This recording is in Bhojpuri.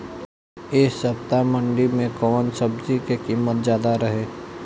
एह सप्ताह मंडी में कउन सब्जी के कीमत ज्यादा रहे?